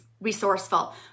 resourceful